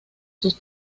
sus